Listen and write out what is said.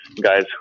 guys